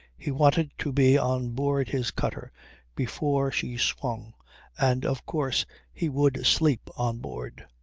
he wanted to be on board his cutter before she swung and of course he would sleep on board.